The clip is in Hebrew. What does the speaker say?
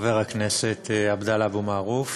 חבר הכנסת איציק שמולי,